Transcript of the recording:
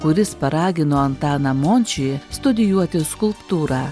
kuris paragino antaną mončį studijuoti skulptūrą